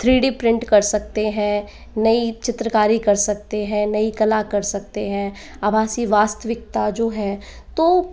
three D print कर सकते हैं नई चित्रकारी कर सकते हैं नई कला कर सकते हैं आभासी वास्तविकता जो है तो